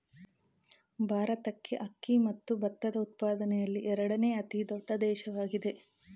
ಭಾರತಕ್ಕೆ ಅಕ್ಕಿ ಮತ್ತು ಭತ್ತದ ಉತ್ಪಾದನೆಯಲ್ಲಿ ಎರಡನೇ ಅತಿ ದೊಡ್ಡ ದೇಶವಾಗಿದೆ